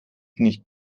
nicht